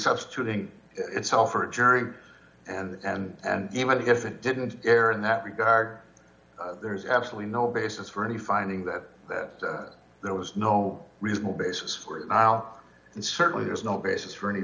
substituting itself or a jury and even if it didn't air in that regard there's absolutely no basis for any finding that that there was no reasonable basis for it now and certainly there's no basis for any